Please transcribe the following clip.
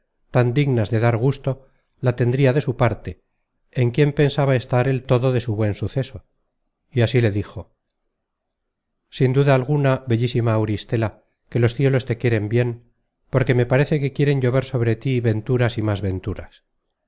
tan dignas de dar gusto la tendria de su parte en quien pensaba estar el todo de su buen suceso y así le dijo sin duda alguna bellísima auristela que los cielos te quieren bien porque me parece que quieren llover sobre tí venturas y más venturas